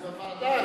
בוועדה.